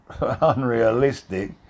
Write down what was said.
unrealistic